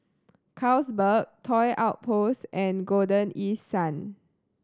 Carlsberg Toy Outpost and Golden East Sun